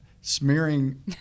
smearing